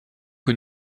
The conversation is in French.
que